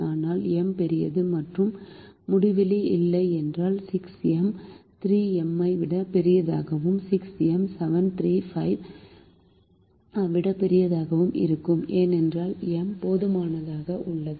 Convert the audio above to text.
ஆனால் M பெரியது மற்றும் முடிவிலி இல்லை என்றால் 6 M 3 M ஐ விட பெரியதாகவும் 6 M 7 3 5 ஐ விட பெரியதாகவும் இருக்கும் ஏனெனில் M போதுமானதாக உள்ளது